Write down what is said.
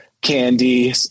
candy